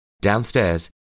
Downstairs